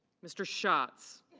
mr. shots.